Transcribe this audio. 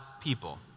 people